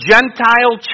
Gentile